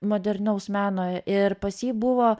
modernaus meno ir pas jį buvo